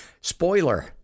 spoiler